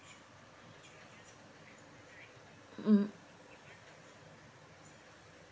mm